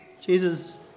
Jesus